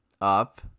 up